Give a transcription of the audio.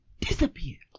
disappeared